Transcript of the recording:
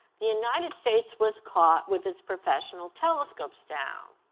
the united states was caught with its professional telescopes down.